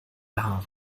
haare